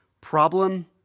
problem